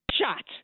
shot